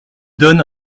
donne